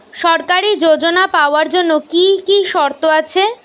সরকারী যোজনা পাওয়ার জন্য কি কি শর্ত আছে?